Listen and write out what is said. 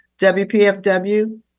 WPFW